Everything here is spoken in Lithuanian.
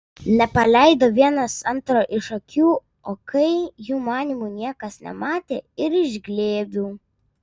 nepaleido vienas antro iš akių o kai jų manymu niekas nematė ir iš glėbių